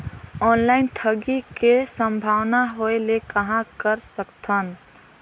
Online ठगी के संभावना होय ले कहां कर सकथन?